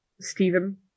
Stephen